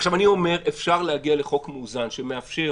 עכשיו, אני אומר: אפשר להגיע לחוק מאוזן, שמאפשר